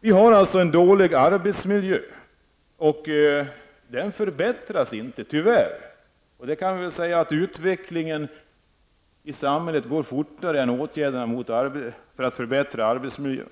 Vi har en dålig arbetsmiljö, och den förbättras tyvärr inte. Utvecklingen i samhället går fortare än åtgärderna för att förbättra arbetsmiljön